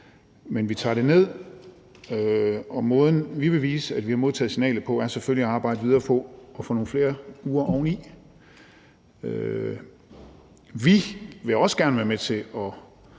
men vi tager det ned, og måden, vi vil vise, at vi har modtaget signalet, på, er selvfølgelig ved at arbejde videre på at få nogle flere uger oveni. Vi vil også gerne være med til at